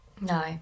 No